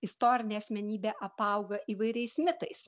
istorinė asmenybė apauga įvairiais mitais